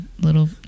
little